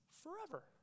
forever